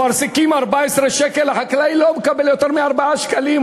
אפרסקים, 14 שקל, החקלאי לא מקבל יותר מ-4 שקלים.